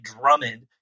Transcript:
Drummond